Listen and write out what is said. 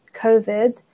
covid